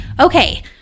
Okay